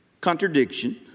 contradiction